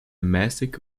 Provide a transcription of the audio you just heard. mäßig